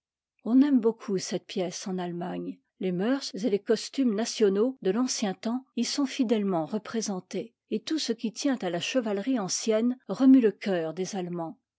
on aime beaucoup cette pièce en allemagne les moeurs et les costumes nationaux de l'ancien temps y sont fidèlement représentés et tout ce qui tient à la chevalerie ancienne remue le cœur des allemands